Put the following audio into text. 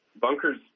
bunkers